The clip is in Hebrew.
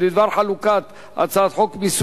בדבר חלוקת הצעת חוק הבנקאות (רישוי)